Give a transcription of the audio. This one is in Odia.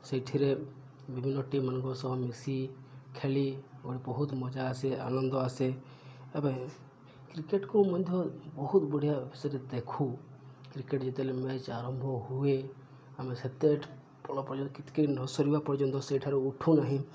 ସେଇଠିରେ ବିଭିନ୍ନ ଟିମ୍ମାନଙ୍କ ସହ ମିଶି ଖେଳି ଗୋଟେ ବହୁତ ମଜା ଆସେ ଆନନ୍ଦ ଆସେ ଏବେ କ୍ରିକେଟ୍କୁ ମଧ୍ୟ ବହୁତ ବଢ଼ିଆ ବିଷୟରେ ଦେଖୁ କ୍ରିକେଟ୍ ଯେତେବେଳେ ମ୍ୟାଚ୍ ଆରମ୍ଭ ହୁଏ ଆମେ ସେତେ ଭଲ ପର୍ଯ୍ୟନ୍ତ କିିତକରି ନ ସରିବା ପର୍ଯ୍ୟନ୍ତ ସେଇଠାରୁ ଉଠୁନାହିଁ